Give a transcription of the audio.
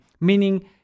meaning